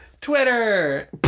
Twitter